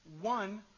one